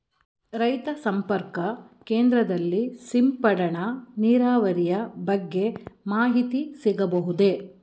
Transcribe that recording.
ರೈತ ಸಂಪರ್ಕ ಕೇಂದ್ರದಲ್ಲಿ ಸಿಂಪಡಣಾ ನೀರಾವರಿಯ ಬಗ್ಗೆ ಮಾಹಿತಿ ಸಿಗಬಹುದೇ?